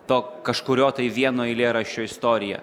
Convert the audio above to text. to kažkurio tai vieno eilėraščio istorija